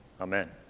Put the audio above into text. Amen